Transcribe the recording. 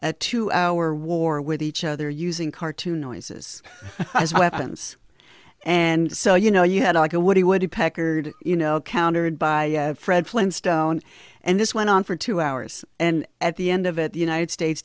at to our war with each other using cartoon noises as weapons and so you know you had like a what he would do packard you know countered by fred flintstone and this went on for two hours and at the end of it the united states